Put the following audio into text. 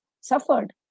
suffered